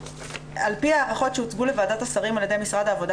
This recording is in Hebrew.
"על פי ההערכות שהוצגו לוועדת השרים על ידי משרד העבודה